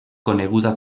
coneguda